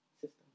system